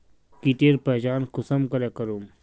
कीटेर पहचान कुंसम करे करूम?